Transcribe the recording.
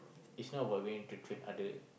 is not about going to trick other